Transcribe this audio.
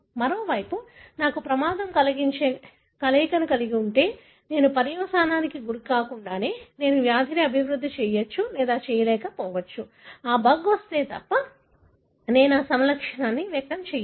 మరోవైపు నాకు ప్రమాదం కలిగించే కలయికను కలిగి ఉంటే నేను పర్యావరణానికి గురికాకుండానే నేను వ్యాధిని అభివృద్ధి చేయవచ్చు లేదా అభివృద్ధి చేయకపోవచ్చు బగ్ మైక్రో ఆర్గానిజం వస్తే తప్ప నేను ఆ సమలక్షణాన్ని వ్యక్తం చేయను